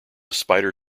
spider